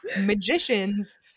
magicians